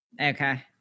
okay